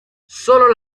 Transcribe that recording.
sólo